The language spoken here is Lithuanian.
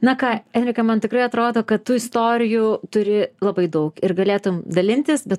na ką enrika man tikrai atrodo kad tu istorijų turi labai daug ir galėtum dalintis bet